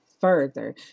further